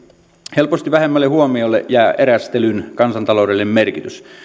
helposti vähemmälle huomiolle jää erästelyn kansantaloudellinen merkitys